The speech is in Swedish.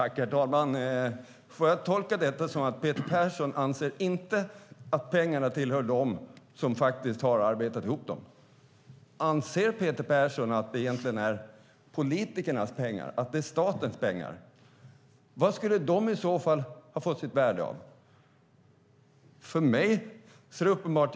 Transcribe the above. Herr talman! Får jag tolka detta som att Peter Persson inte anser att pengarna tillhör dem som faktiskt har arbetat ihop dem? Anser Peter Persson att det egentligen är politikernas, statens pengar? Vad skulle pengarna i så fall ha fått sitt värde av? För mig är det uppenbart.